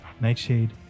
Nightshade